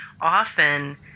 often